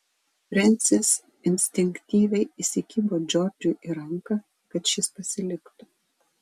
frensis instinktyviai įsikibo džordžui į ranką kad šis pasiliktų